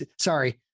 sorry